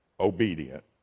Obedient